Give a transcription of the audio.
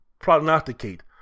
prognosticate